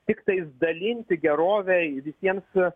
tiktais dalinti gerovę visiems